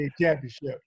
championship